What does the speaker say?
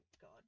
god